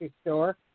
store